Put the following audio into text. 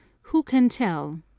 who can tell.